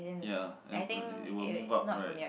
ya and it will move up right